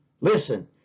Listen